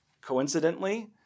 coincidentally